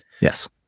Yes